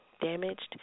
damaged